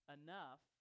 enough